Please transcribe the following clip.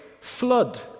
flood